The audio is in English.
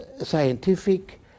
scientific